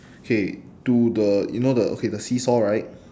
okay to the you know the okay the seesaw right